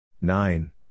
Nine